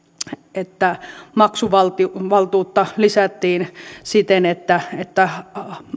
että maksuvaltuutta lisättiin siten että että